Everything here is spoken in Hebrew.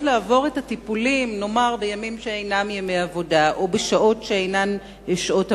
לעבור את הטיפולים בימים שאינם ימי עבודה ובשעות שאינן שעות עבודה,